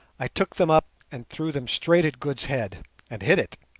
i took them up and threw them straight at good's head and hit it.